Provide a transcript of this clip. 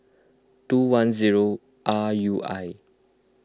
two one zero R U I